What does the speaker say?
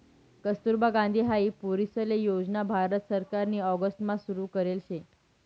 कस्तुरबा गांधी हाई पोरीसले योजना भारत सरकारनी ऑगस्ट मा सुरु करेल शे